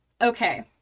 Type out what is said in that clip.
Okay